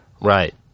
Right